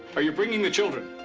are you bringing the children?